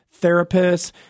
therapists